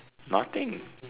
nothing